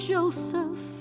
Joseph